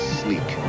sleek